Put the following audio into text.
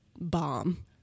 bomb